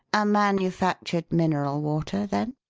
a manufactured mineral water, then?